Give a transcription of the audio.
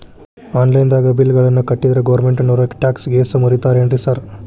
Online ದಾಗ bill ಗಳನ್ನಾ ಕಟ್ಟದ್ರೆ ಗೋರ್ಮೆಂಟಿನೋರ್ ಟ್ಯಾಕ್ಸ್ ಗೇಸ್ ಮುರೇತಾರೆನ್ರಿ ಸಾರ್?